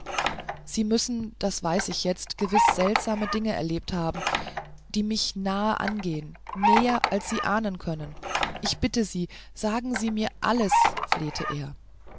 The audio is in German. sie müssen ich weiß das jetzt gewisse seltsame dinge erlebt haben die mich nah angehen näher als sie ahnen können ich bitte sie sagen sie mir alles flehte er